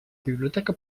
biblioteca